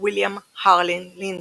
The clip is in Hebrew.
ויליאם הארלין לינדלי.